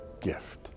gift